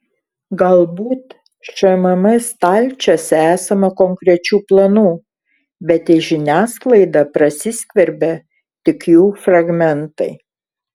galbūt šmm stalčiuose esama konkrečių planų bet į žiniasklaidą prasiskverbia tik jų fragmentai